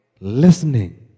listening